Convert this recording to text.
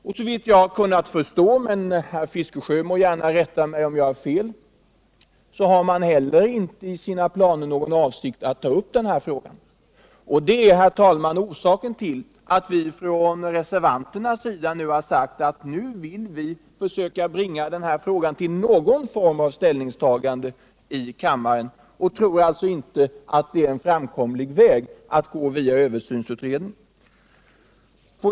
Och jag har uppfattat saken så — men herr Fiskesjö må gärna rätta mig om jag har fel — att utredningen inte heller har några planer på att ta upp denna fråga. Det är, herr talman, orsaken till att vi reservanter sagt att vi nu vill försöka bringa denna fråga till någon form av ställningstagande i kammaren. Vi tror inte att det är en framkomlig väg att gå via översynsutredningen.